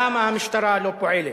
למה המשטרה לא פועלת,